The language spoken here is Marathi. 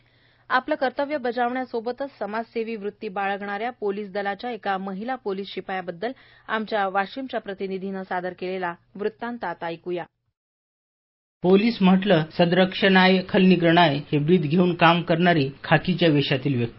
इंट्रो आपले कर्तव्य बजावण्यासोबतच समाजसेवी वृत्ती बाळगणा या पोलिस दलाच्या एका महिला पोलिस शिपाई बद्दल आमच्या वाशिमच्या प्रतिनिधींनी सादर केलेला वृत्तांत आता ऐक्या बाईट पोलीस म्हटलं की सदरक्षणाय खलनिग्रहनाय हे ब्रीद घेऊन काम करणारी खाकीच्या वेशातील व्यक्ती